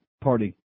party